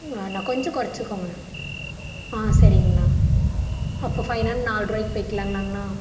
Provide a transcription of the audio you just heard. வேணாம் கொஞ்சோம் குறைச்சிக்கோங்க ஆ சரிங்ண்ணா அப்போ ஃபைனல் நால் ரூபாய்க்கு போயிக்கலாங்களாங்ண்ணா